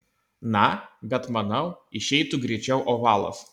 na bet manau išeitų greičiau ovalas